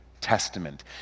Testament